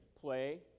play